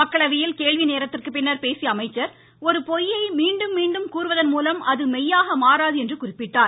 மக்களவையில் கேள்வி நேரத்திற்கு பின்னா் பேசிய அமைச்சா் ஒரு பொய்யை மீண்டும் மீண்டும் கூறுவதன் மூலம் அது மெய்யாக மாறாது என்றும் குறிப்பிட்டார்